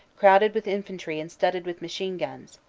crowded with infantry and studded with machine-guns,